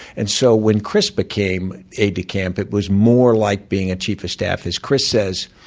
and so when chris became aide-de-camp, it was more like being a chief of staff. as chris says,